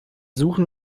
suchen